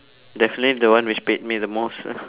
definitely the one which paid me the most lah